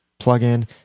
plugin